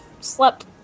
slept